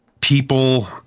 people